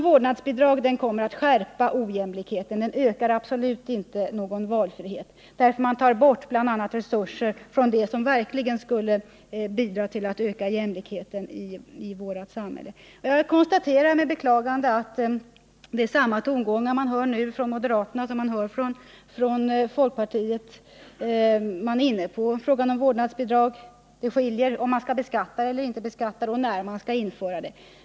Vårdnadsbidrag kommer att skärpa ojämlikheten. De ökar absolut inte någon valfrihet, för man tar bort bl.a. resurser från det som verkligen skulle kunna bidra till att öka jämlikheten i vårt samhälle. Jag konstaterar med beklagande att vi nu hör samma tongångar från folkpartiet som från moderaterna. Man är inne på frågan om vårdnadsbidrag, om man skall beskatta det eller inte och när man skall införa det.